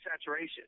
saturation